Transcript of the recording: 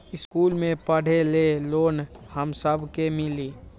इश्कुल मे पढे ले लोन हम सब के मिली?